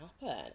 happen